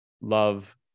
love